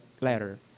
letter